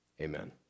Amen